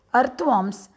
Earthworms